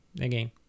again